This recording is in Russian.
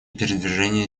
передвижение